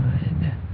Good